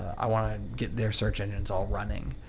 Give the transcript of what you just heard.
i wanna get their search engines all running,